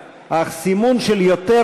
אפשר שלא לסמן בכלל,